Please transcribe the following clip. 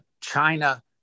China